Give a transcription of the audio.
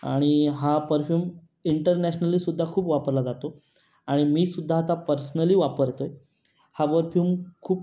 आणि हा perfume internationally सुद्धा खूप वापरला जातो आणि मी सुद्धा आता पर्सनली वापरतो आहे हा परफ्युम खूप